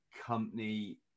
company